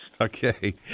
Okay